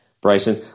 Bryson